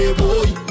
boy